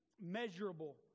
measurable